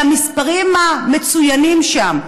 למספרים המצוינים שם,